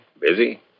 Busy